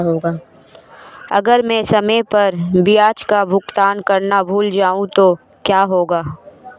अगर मैं समय पर ब्याज का भुगतान करना भूल जाऊं तो क्या होगा?